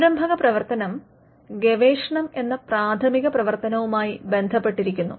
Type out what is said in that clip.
സംരംഭക പ്രവർത്തനം ഗവേഷണം എന്ന പ്രാഥമിക പ്രവർത്തനവുമായി ബന്ധപ്പെട്ടിരിക്കുന്നു